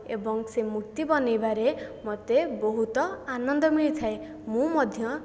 ଏବଂ ସେ ମୂର୍ତ୍ତି ବନେଇବାରେ ମୋତେ ବହୁତ ଆନନ୍ଦ ମିଳିଥାଏ ମୁଁ ମଧ୍ୟ